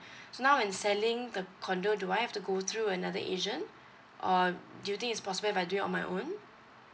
now in selling the condo do I have to go through another agent or do you think is possible if I do it on my own